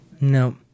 No